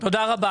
תודה רבה.